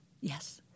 Yes